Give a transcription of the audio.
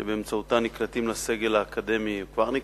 שבאמצעותה נקלטים לסגל האקדמי, כבר נקלטו,